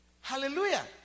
hallelujah